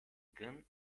gun